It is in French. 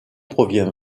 provient